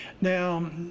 Now